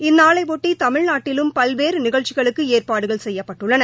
இந்நாளையொட்டி தமிழ்நாட்டிலும் பல்வேறு நிகழ்ச்சிகளுக்கு ஏற்பாடுகள் செய்யப்பட்டுள்ளன